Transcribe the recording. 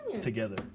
Together